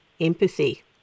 empathy